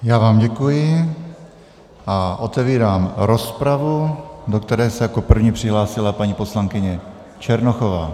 Já vám děkuji a otevírám rozpravu, do které se jako první přihlásila paní poslankyně Černochová.